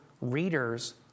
readers